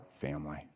family